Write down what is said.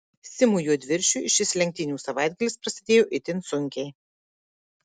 simui juodviršiui šis lenktynių savaitgalis prasidėjo itin sunkiai